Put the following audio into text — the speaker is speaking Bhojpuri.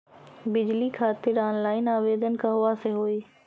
बिजली खातिर ऑनलाइन आवेदन कहवा से होयी?